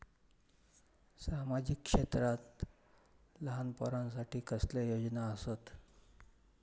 सामाजिक क्षेत्रांत लहान पोरानसाठी कसले योजना आसत?